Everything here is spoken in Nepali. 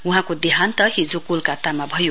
वहाँको देहान्त हिजो कोलकातामा भयो